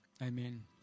Amen